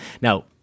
Now